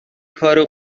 کار